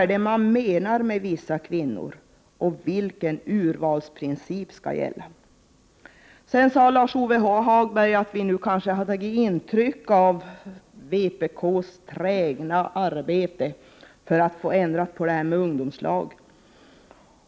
Vad menar man med uttrycket ”vissa hemarbetande kvinnor”, och vilken urvalsprincip skall gälla? Lars-Ove Hagberg sade att vi socialdemokrater kanske hade tagit intryck av vpk:s trägna arbete för en förändring av ungdomslagen.